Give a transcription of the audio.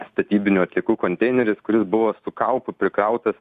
statybinių atliekų konteineris kuris buvo su kaupu prikrautas